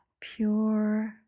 pure